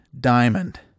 diamond